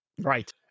Right